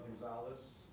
Gonzalez